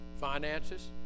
Finances